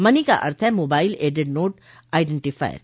money का अर्थ है मोबाइल एडेड नोट आइडेंटीफायर